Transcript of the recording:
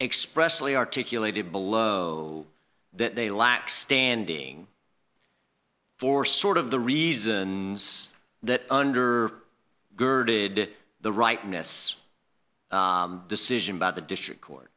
expressly articulated below that they lack standing for sort of the reason that under girded the rightness decision by the district court